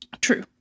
True